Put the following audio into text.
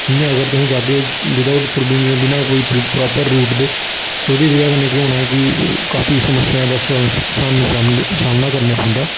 इ'यां अगर तुस जाह्गे बिद्आउट बना कोई प्रापर रूट दे ते ओह्दी बजह कन्नै केह् होना कि काफी समस्या दा सानू सामना सामना करने पौंदा